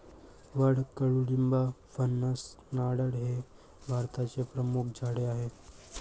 वड, कडुलिंब, फणस, नारळ हे भारताचे प्रमुख झाडे आहे